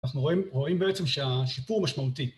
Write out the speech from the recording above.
אנחנו רואים בעצם שהשיפור משמעותי.